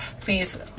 please